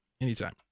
Anytime